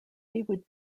would